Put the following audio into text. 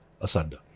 asunder